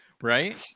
Right